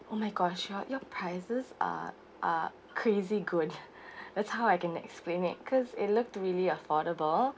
oh my gosh your your prices are uh crazy good that's how I can explain it cause it looked really affordable